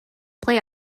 play